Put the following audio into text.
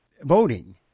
voting